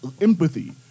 empathy